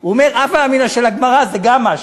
הוא אומר: הווה אמינא של הגמרא זה גם משהו.